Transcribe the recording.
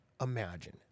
imagine